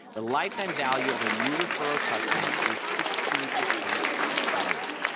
the lifetime value of a new referral customer is sixteen percent higher.